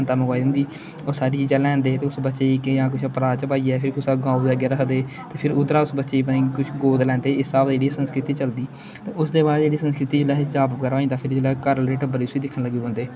पंतै मंगवाई दी होंदी ओह् सारी चीजां लेआंदे ते उस बच्चे गी किसै च जां कुसै परात च पाइयै फिर कुसै गऊ दे अग्गें रक्खदे ते फिर उद्धरा उस बच्चे गी पता नेईं कुछ गऊ दा लैंदे हिस्सा पता निं जेह्ड़ी संस्कृति चलदी ते उस दे बाद जेह्ड़ी संस्कृति जिल्लै अहें जाप बगैरा होई जंदा घर आह्ला टब्बर उस्सी दिक्खन लग्गी पौंदे